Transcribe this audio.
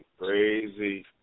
crazy